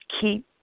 Keep